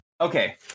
Okay